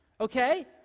Okay